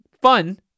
Fun